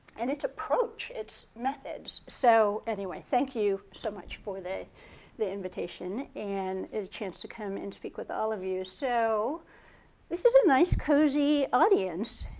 and its approach, its methods. so anyway, thank you so much for the the invitation and the chance to come and speak with all of you. so this is a nice cozy audience,